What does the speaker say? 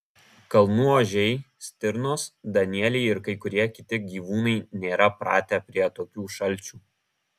kalnų ožiai stirnos danieliai ir kai kurie kiti gyvūnai nėra pratę prie tokių šalčių